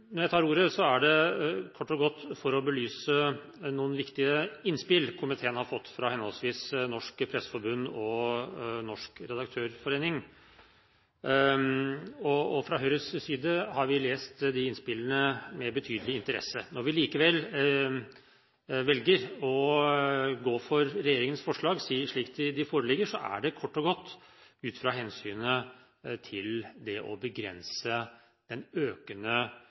Når jeg tar ordet, er det kort og godt for å belyse noen viktige innspill komiteen har fått fra henholdsvis Norsk Presseforbund og Norsk Redaktørforening. Fra Høyres side har vi lest de innspillene med betydelig interesse. Når vi likevel velger å gå for regjeringens forslag slik de foreligger, er det kort og godt ut fra hensynet til det å begrense den økende